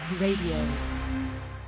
Radio